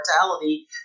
mortality